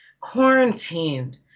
quarantined